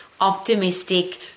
optimistic